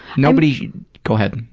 nobody go ahead.